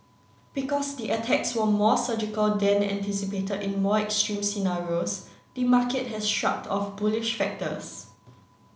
because the attacks were more surgical than anticipated in more extreme scenarios the market has shrugged off bullish factors